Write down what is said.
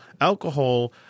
alcohol